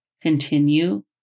Continue